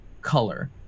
color